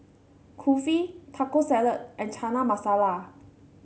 Kulfi Taco Salad and Chana Masala